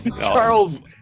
Charles